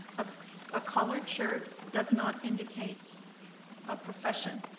a collared shirt does not indicate a profession.